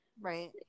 right